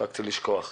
הספקתי לשכוח.